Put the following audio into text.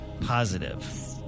Positive